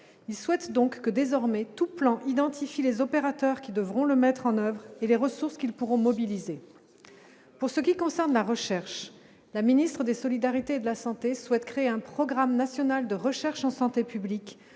il souhaite donc que désormais tout plan identifie les opérateurs qui devront le mettre en oeuvre et les ressources qu'ils pourront mobiliser pour ce qui concerne la recherche, la ministre des solidarités et de la Santé souhaite créer un programme national de recherche en santé publique,